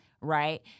right